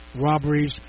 robberies